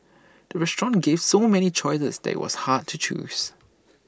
the restaurant gave so many choices that IT was hard to choose